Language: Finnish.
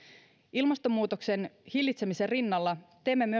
ilmastonmuutoksen hillitsemisen rinnalla teemme